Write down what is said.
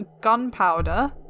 gunpowder